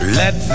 let